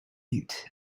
mute